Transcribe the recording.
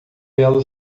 belo